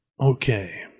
Okay